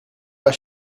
pas